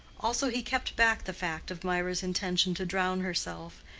also he kept back the fact of mirah's intention to drown herself,